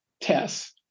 tests